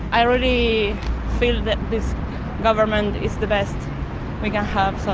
i really feel that this government is the best we can have, so